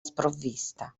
sprovvista